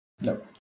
No